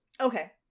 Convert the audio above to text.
Okay